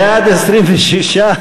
בעד, 26,